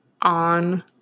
on